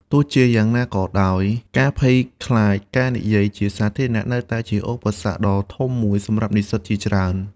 ទោះជាយ៉ាងណាក៏ដោយ ការភ័យខ្លាចការនិយាយជាសាធារណៈនៅតែជាឧបសគ្គដ៏ធំមួយសម្រាប់និស្សិតជាច្រើន។